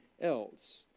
else